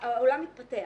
העולם מתפתח.